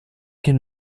can